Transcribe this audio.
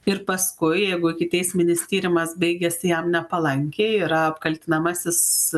ir paskui jeigu ikiteisminis tyrimas baigėsi jam nepalanki yra apkaltinamasis